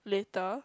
later